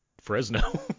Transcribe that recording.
Fresno